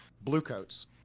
Bluecoats